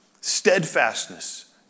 steadfastness